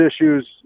issues